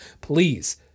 Please